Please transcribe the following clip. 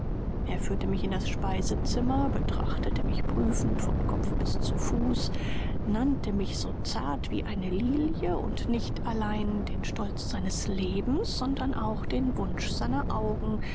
er führte mich in das speisezimmer betrachtete mich prüfend von kopf bis zu fuß nannte mich so zart wie eine lilie und nicht allein den stolz seines lebens sondern auch den wunsch seiner augen